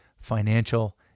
financial